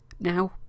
Now